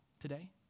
today